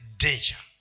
danger